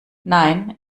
nein